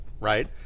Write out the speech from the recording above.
right